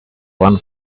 one